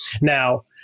Now